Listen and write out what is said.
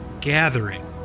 gathering